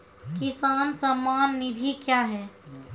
किसान सम्मान निधि क्या हैं?